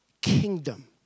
kingdom